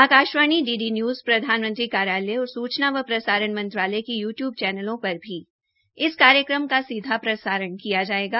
Akashvani DD news प्रधानमंत्री कार्यालय और सूचना एवं प्रसारण मंत्रालय के युट्यूब चैनलों पर भी इस कार्यक्रम का सीधा प्रसारण किया जायेगा